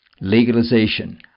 legalization